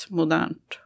modernt